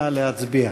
נא להצביע.